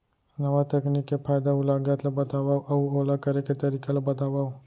नवा तकनीक के फायदा अऊ लागत ला बतावव अऊ ओला करे के तरीका ला बतावव?